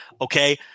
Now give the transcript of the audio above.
okay